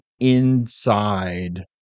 inside